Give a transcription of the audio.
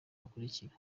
bakurikira